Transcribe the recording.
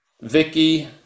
Vicky